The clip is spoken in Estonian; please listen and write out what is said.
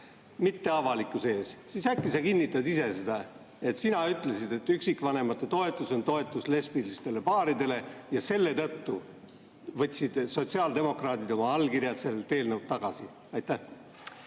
mitte avalikkuse ees, siis äkki sa kinnitad ise seda, et sina ütlesid, et üksikvanemate toetus on toetus lesbilistele paaridele. Ja selle tõttu võtsid sotsiaaldemokraadid oma allkirjad sellelt eelnõult tagasi.